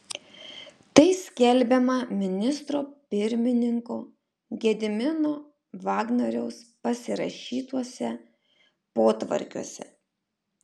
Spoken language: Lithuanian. tai skelbiama ministro pirmininko gedimino vagnoriaus pasirašytuose potvarkiuose